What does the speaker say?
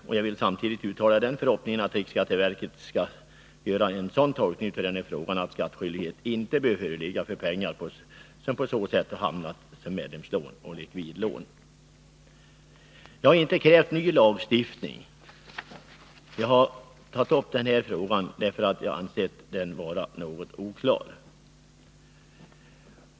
Samtidigt vill jag uttala den förhoppningen att riksskatteverket skall göra en sådan tolkning av frågan att skattskyldighet inte bör föreligga för pengar som på så sätt hamnat som medlemslån och likvidlån. Jag har inte krävt ny lagstiftning men tagit upp frågan, därför att jag anser den vara något oklar.